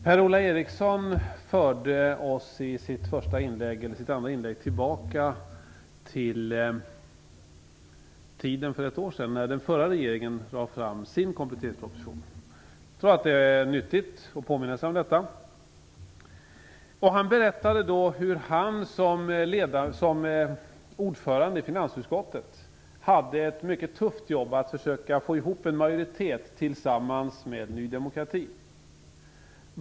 Herr talman! I sitt andra inlägg förde Per-Ola Eriksson oss tillbaka till tiden för ett år sedan då den förra regeringen lade fram sin kompletteringsproposition. Det är nyttigt att påminna sig om detta. Per-Ola Eriksson berättade om hur han som ordförande i finansutskottet hade ett mycket tufft jobb att försöka att få ihop en majoritet tillsammans med Ny demokrati.